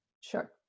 Sure